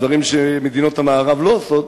דברים שמדינות המערב לא עושות,